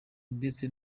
ndetse